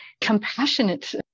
compassionate